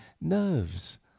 nerves